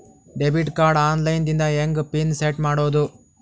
Debit card online ದಿಂದ ಹೆಂಗ್ pin set ಮಾಡೋದು?